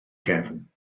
gefn